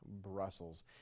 Brussels